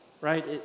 right